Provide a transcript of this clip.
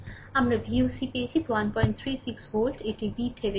সুতরাং আমরা VOC পেয়েছি 136 ভোল্ট এটি VThevenin